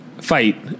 fight